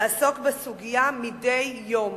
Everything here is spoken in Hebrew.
לעסוק בסוגיה מדי יום,